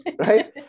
right